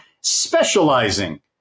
specializing